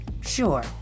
sure